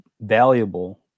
valuable